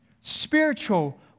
spiritual